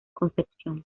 concepción